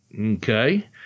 Okay